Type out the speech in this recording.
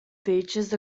features